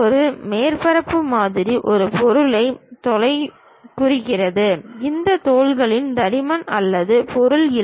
ஒரு மேற்பரப்பு மாதிரி ஒரு பொருளின் தோலைக் குறிக்கிறது இந்த தோல்களுக்கு தடிமன் அல்லது பொருள் இல்லை